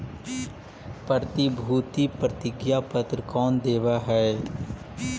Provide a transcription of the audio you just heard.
प्रतिभूति प्रतिज्ञा पत्र कौन देवअ हई